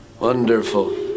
Wonderful